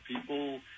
People